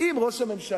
אם ראש הממשלה